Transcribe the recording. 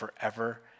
forever